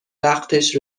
وقتش